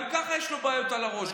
גם ככה יש לו בעיות על הראש,